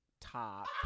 top